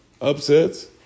upsets